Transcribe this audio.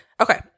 Okay